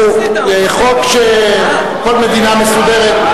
הוא חוק שכל מדינה מסודרת,